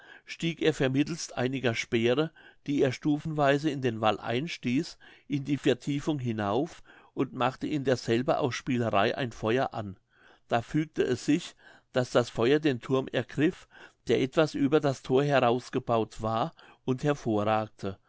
stieg er vermittelst einiger speere die er stufenweise in den wall einstieß in die vertiefung hinauf und machte in derselben aus spielerei ein feuer an da fügte es sich daß das feuer den thurm ergriff der etwas über das thor heraus gebaut war und hervorragte